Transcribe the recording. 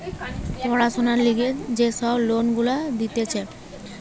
পড়াশোনার লিগে যে সব লোন গুলা দিতেছে